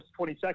22nd